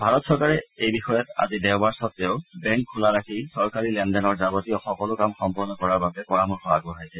ভাৰত চৰকাৰে এই বিষয়ত আজি দেওবাৰ স্বতেও বেংক খোলা ৰাখি চৰকাৰী লেনদেনৰ যাৱতীয় সকলো কাম সম্পন্ন কৰাৰ বাবে পৰামৰ্শ আগবঢ়াইছে